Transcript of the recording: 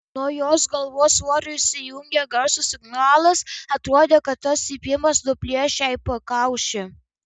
nuo jos galvos svorio įsijungė garso signalas atrodė kad tas cypimas nuplėš jai pakaušį